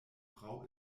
frau